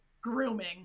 Grooming